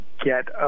get